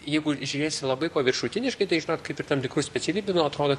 jeigu žiūrėsi labai paviršutiniškai tai žinot kaip ir tam tikrų specialybių nu atrodo